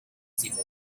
simone